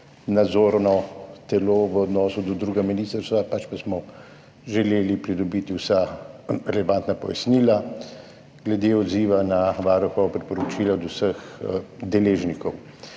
nadzorno telo v odnosu do drugega ministrstva, ampak smo želeli pridobiti vsa relevantna pojasnila glede odziva na varuhova priporočila od vseh deležnikov.